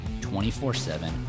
24-7